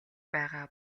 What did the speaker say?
байгаа